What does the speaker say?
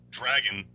dragon